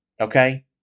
Okay